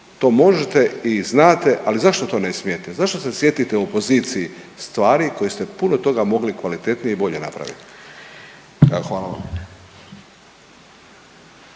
to možete i znate, ali zašto to ne smijete, zašto se sjetite u opoziciji stvari koje ste puno toga mogli kvalitetnije i bolje napraviti? Evo, hvala vam.